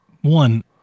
one